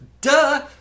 Duh